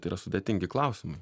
tai yra sudėtingi klausimai